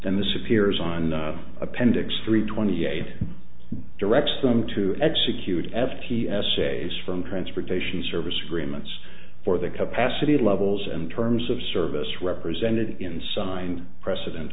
this appears on appendix three twenty eight directs them to execute f t s a's from transportation service agreements for the capacity levels and terms of service represented in signed precedent